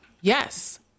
Yes